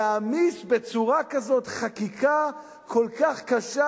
להעמיס בצורה כזו חקיקה כל כך קשה,